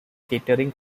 catering